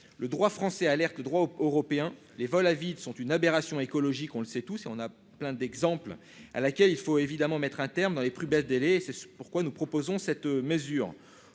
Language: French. le droit français, à l'air que droit aux Européens, les vols à vide sont une aberration écologique, on le sait tous, on a plein d'exemples, à laquelle il faut évidemment mettre un terme dans les plus belles c'est ce pourquoi nous proposons cette mesure